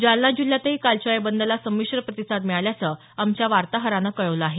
जालना जिल्ह्यातही कालच्या या बंदला संमिश्र प्रतिसाद मिळाल्याचं आमच्या वार्ताहरानं कळवलं आहे